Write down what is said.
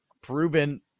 proven